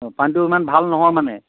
অঁ পানীটো ইমান ভাল নহয় মানে